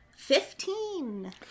Fifteen